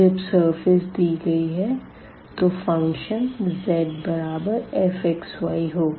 जब सरफेस दी गई है तो फंक्शन z fx y होगा